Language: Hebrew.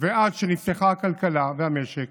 ועד שנפתחו הכלכלה והמשק